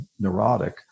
neurotic